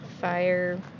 fire